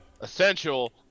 essential